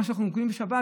מה שאנחנו רואים בשבת,